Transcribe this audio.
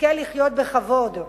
יזכה לחיות בכבוד,